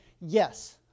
yes